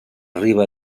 riba